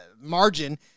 margin